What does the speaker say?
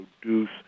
produce